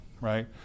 Right